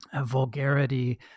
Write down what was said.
vulgarity